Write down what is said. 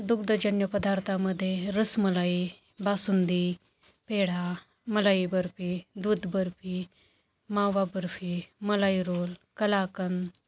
दुग्धजन्य पदार्थामध्ये रसमलाई बासुंदी पेढा मलाई बर्फी दूध बर्फी मावा बर्फी मलाई रोल कलाकंद